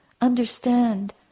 understand